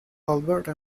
alberta